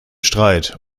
streit